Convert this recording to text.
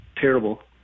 terrible